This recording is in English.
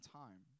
time